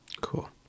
cool